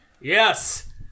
Yes